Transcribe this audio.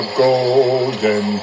golden